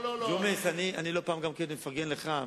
ג'ומס, לא פעם אני מפרגן גם לך.